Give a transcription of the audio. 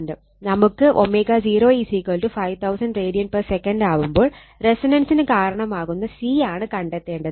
നമുക്ക് ω0 5000 radsec ആവുമ്പോൾ റെസൊണൻസിന് കാരണമാകുന്ന C ആണ് കണ്ടത്തേണ്ടത്